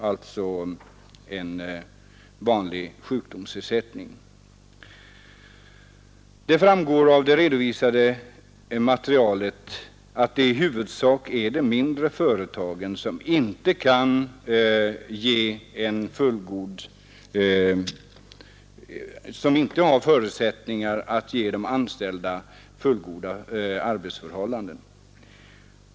Nu utgår endast vanlig sjukpenning eller förtidspension. Av det redovisade materialet framgår att det i huvudsak är de mindre företagen som inte har förutsättningar att ge de anställda fullgoda arbetsförhållanden.